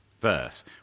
verse